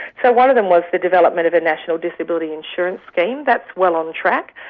so one of them was the development of a national disability insurance scheme. that's well on track.